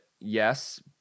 yes